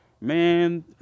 Man